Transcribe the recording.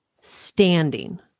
standing